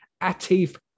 Atif